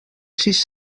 sis